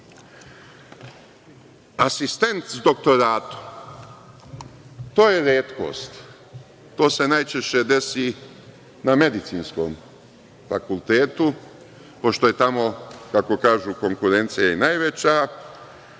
Asistent doktoratu, to je retkost. To se najčešće desi na Medicinskom fakultetu, pošto je tamo, kako kažu, konkurencija najveća,